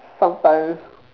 sometimes